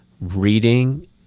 reading